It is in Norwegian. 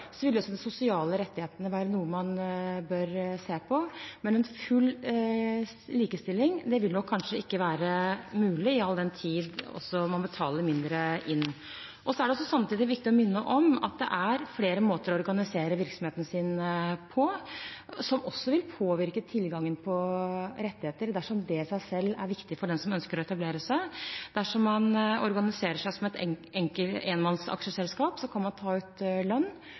vil også de sosiale rettighetene være noe man bør se på. Men full likestilling vil nok kanskje ikke være mulig, all den tid man betaler mindre inn. Så er det samtidig viktig å minne om at det er flere måter å organisere virksomheten sin på, som også vil påvirke tilgangen på rettigheter, dersom det i seg selv er viktig for den som ønsker å etablere seg. Dersom man organiserer seg som et enmannsaksjeselskap, kan man ta ut lønn.